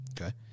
Okay